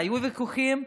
והיו ויכוחים,